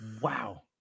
Wow